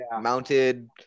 mounted